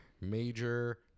major